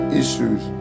issues